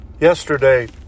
Yesterday